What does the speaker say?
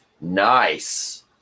nice